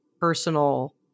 personal